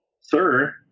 sir